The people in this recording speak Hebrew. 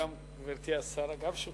גברתי השרה גם שותפה.